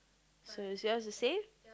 so is yours the same